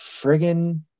friggin